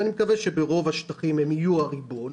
ואני מקווה שברוב השטחים הם יהיו הריבון,